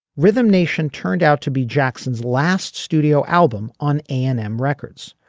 rhythm nation turned out to be jackson's last studio album on an m records.